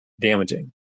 damaging